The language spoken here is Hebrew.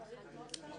בוקר טוב.